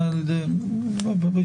אותם.